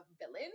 villain